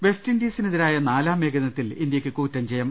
west ഇൻഡീസിനെതിരായി നാലാം ഏകദിനത്തിൽ ഇന്ത്യക്ക് കൂറ്റൻജയം